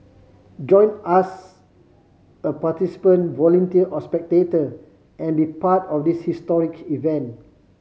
join us a participant volunteer or spectator and be part of this historic event